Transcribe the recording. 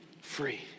free